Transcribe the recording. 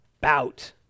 bout